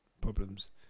problems